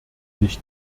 nicht